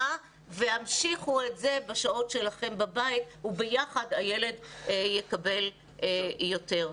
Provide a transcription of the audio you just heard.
והמשיכו את זה בשעות שלכם בבית וביחד הילד יקבל יותר.